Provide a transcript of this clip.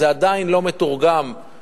זה עדיין לא מתורגם,